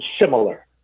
similar